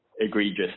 egregious